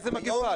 איזו מגפה?